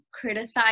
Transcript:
criticize